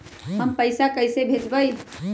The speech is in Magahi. हम पैसा कईसे भेजबई?